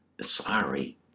Sorry